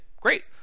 great